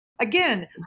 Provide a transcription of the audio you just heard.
Again